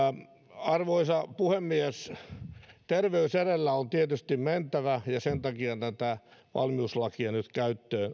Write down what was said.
arvoisa puhemies terveys edellä on tietysti mentävä ja sen takia tätä valmiuslakia nyt käyttöön